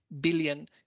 billion